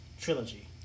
trilogy